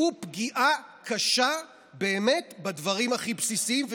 שהוא פגיעה קשה באמת בדברים הכי בסיסיים.